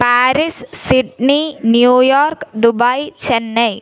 Paris Sydney New York Dubai Chennai